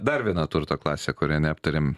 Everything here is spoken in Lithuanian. dar viena turto klasė kurią neaptarėm